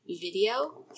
video